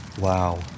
Wow